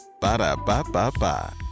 Ba-da-ba-ba-ba